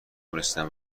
رسیدن